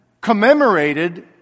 commemorated